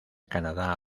canadá